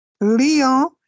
Lyon